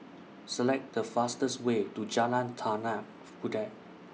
Select The fastest Way to Jalan Tanah Puteh